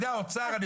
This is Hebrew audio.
האוצר,